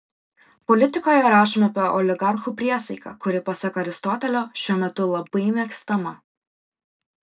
politikoje rašoma apie oligarchų priesaiką kuri pasak aristotelio šiuo metu labai mėgstama